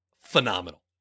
phenomenal